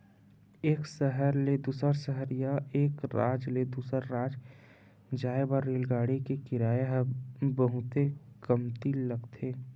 एक सहर ले दूसर सहर या एक राज ले दूसर राज जाए बर रेलगाड़ी के किराया ह बहुते कमती लगथे